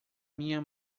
minha